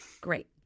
Great